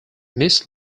miss